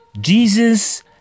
Jesus